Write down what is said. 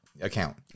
account